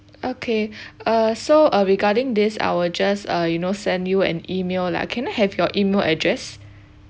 okay uh so uh regarding this I'll just uh you know send you an email lah can I have your email address